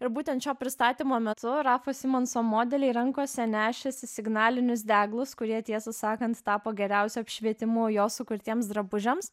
ir būtent šio pristatymo metu rafo simonso modeliai rankose nešėsi signalinius deglus kurie tiesą sakant tapo geriausiu apšvietimu jo sukurtiems drabužiams